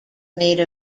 made